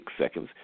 seconds